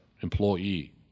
employee